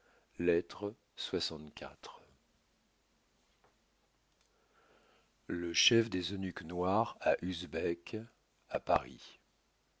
le chef des eunuques noirs à usbek